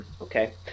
okay